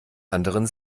anderen